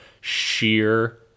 sheer